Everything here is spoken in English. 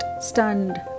stunned